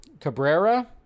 cabrera